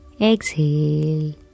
Exhale